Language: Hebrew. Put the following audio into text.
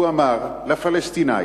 הוא אמר לפלסטינים: